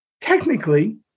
Technically